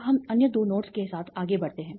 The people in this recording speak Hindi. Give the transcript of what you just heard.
अब हम अन्य दो नोड्स के साथ आगे बढ़ते हैं